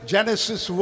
Genesis